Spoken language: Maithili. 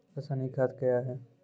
रसायनिक खाद कया हैं?